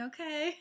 Okay